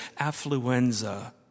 affluenza